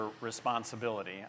responsibility